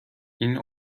این